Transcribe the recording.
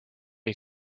did